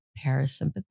parasympathetic